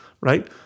right